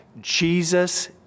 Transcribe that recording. Jesus